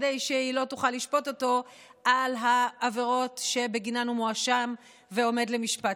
כדי שהיא לא תוכל לשפוט אותו על העבירות שבגינן הוא מואשם ועומד למשפט.